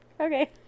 Okay